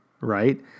right